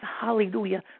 hallelujah